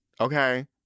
okay